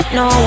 no